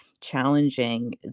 challenging